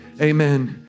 amen